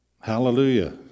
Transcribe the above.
hallelujah